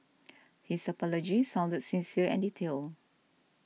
his apology sounded sincere and detailed